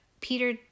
Peter